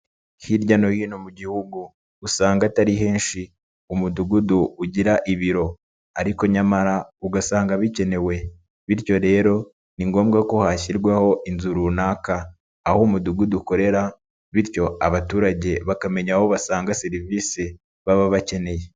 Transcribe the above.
Hirya no hino mu gihugu usanga atari henshi umudugudu ugira ibiro ariko nyamara ugasanga bikenewe, bityo rero ni ngombwa ko hashyirwaho inzu runaka, aho umudugudu ukorera, bityo abaturage bakamenya aho basanga serivisi baba bakeneye.